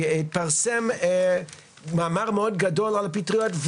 התפרסם מאמר מאוד גדול על פטריות,